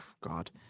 God